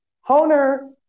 honer